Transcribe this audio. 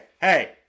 hey